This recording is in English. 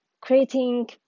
creating